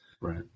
Right